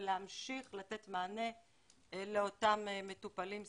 ולהמשיך לתת מענה לאותם מטופלים סיעודיים.